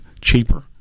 cheaper